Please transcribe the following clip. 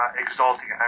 Exalting